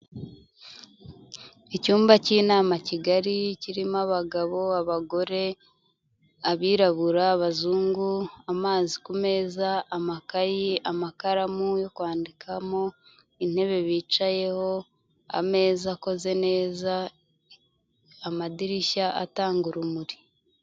Icyumba cy'inama kigari kirimo abagabo, abagore, abirabura, abazungu, amazi ku meza, amakayi, amakaramu yo kwandikamo, intebe bicayeho, ameza akoze neza, amadirishya atanga urumuri.